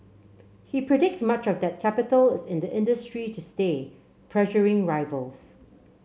he predicts much of that capital is in the industry to stay pressuring rivals